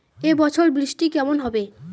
এবছর বৃষ্টি কেমন হবে?